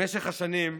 במשך השנים,